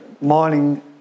mining